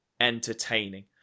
entertaining